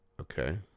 Okay